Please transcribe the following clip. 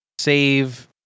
save